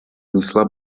внесла